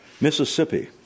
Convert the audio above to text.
Mississippi